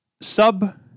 sub